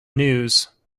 news